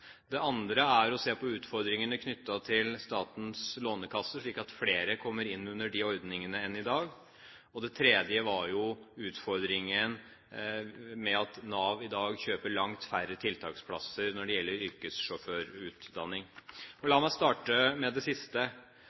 det andre er å se på utfordringene knyttet til Statens lånekasse for utdanning, slik at flere kommer inn under de ordningene enn i dag, og det tredje var utfordringen med at Nav i dag kjøper langt færre tiltaksplasser når det gjelder yrkessjåførutdanning. La meg starte med det siste.